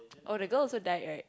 oh the girl also died right